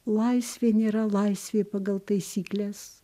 laisvė nėra laisvė pagal taisykles